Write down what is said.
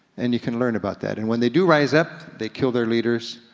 and you can learn about that, and when they do rise up, they kill their leaders,